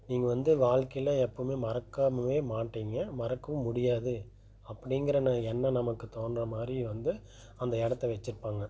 நீங்கள் வந்து வாழ்க்கையில் எப்போவுமே மறக்கவே மாட்டிங்க மறக்கவும் முடியாது அப்படிங்கிற ந எண்ணம் நமக்கு தோன்ற மாதிரி வந்து அந்த இடத்த வெச்சுருப்பாங்க